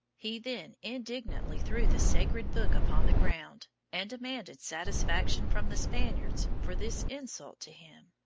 he then indignantly threw the sacred book upon the ground, and demanded satisfaction from the spaniards for this insult to him.